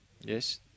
Yes